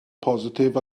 positif